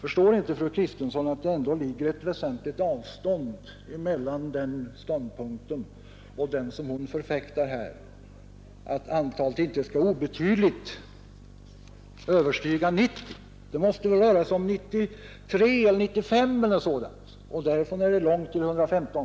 Förstår inte fru Kristensson att det ändå är ett väsentligt avstånd mellan den ståndpunkten och den som hon förfäktar, nämligen att antalet skall ”icke obetydligt” överstiga 90. Det måste väl då röra sig om kanske 93, 94, 95, och därifrån är det långt till 115.